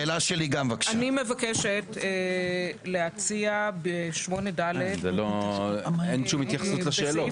אני מבקשת להציע ב-8ד --- אין שום התייחסות לשאלות,